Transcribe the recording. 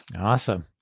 Awesome